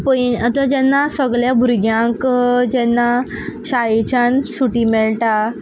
आतां जेन्ना सगळ्या भुरग्यांक जेन्ना शाळेच्यान सुटी मेळटा